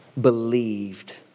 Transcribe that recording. believed